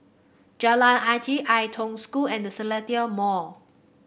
Jalan Jati Ai Tong School and The Seletar Mall